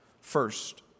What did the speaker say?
First